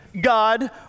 God